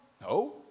No